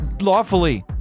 Lawfully